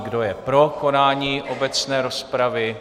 Kdo je pro konání obecné rozpravy?